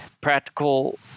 practical